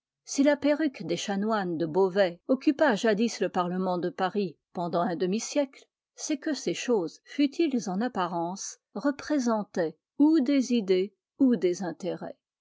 si la perruque des chanoines de beauvais occupa jadis le parlement de paris pendant un demi-siècle c'est que ces choses futiles en apparence représentaient ou des idées ou des intérêts